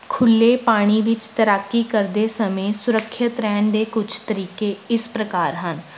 ਖੁੱਲ੍ਹੇ ਪਾਣੀ ਵਿੱਚ ਤੈਰਾਕੀ ਕਰਦੇ ਸਮੇਂ ਸੁਰੱਖਿਅਤ ਰਹਿਣ ਦੇ ਕੁਛ ਤਰੀਕੇ ਇਸ ਪ੍ਰਕਾਰ ਹਨ